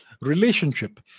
relationship